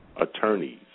attorneys